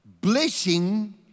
blessing